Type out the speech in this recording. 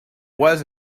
was